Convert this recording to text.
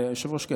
היושב-ראש,